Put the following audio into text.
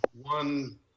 one